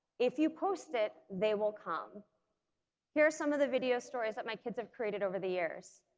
if you post it they will come here are some of the video stories that my kids have created over the years.